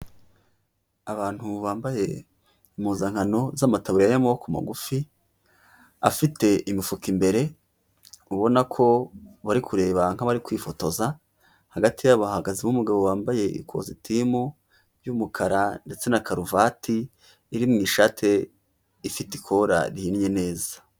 Abantu bambaye impuzankano z'amataburiya y'amaboko magufi afite imifuka imbere, ubona ko bari kureba nk'abari kwifotoza, hagati yabo hahagazemo umugabo wambaye ikositimu y'umukara ndetse na karuvati iri mu ishati ifite ikora rihinnye neza.